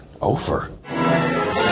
over